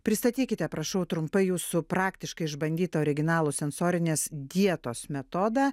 pristatykite prašau trumpai jūsų praktiškai išbandytą originalų sensorinės dietos metodą